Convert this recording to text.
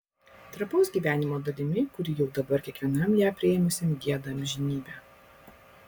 trapaus gyvenimo dalimi kuri jau dabar kiekvienam ją priėmusiam gieda amžinybę